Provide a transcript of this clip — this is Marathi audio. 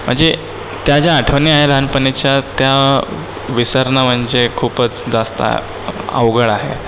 म्हणजे त्या ज्या आठवणी आहे लहानपणीच्या त्या विसरणं म्हणजे खूपच जास्त अ अवघड आहे